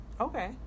Okay